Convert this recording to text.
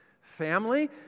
Family